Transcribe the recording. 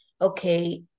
okay